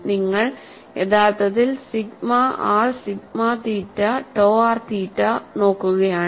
നിങ്ങൾ യഥാർത്ഥത്തിൽ sigma R sigma theta to R theta നോക്കുകയാണ്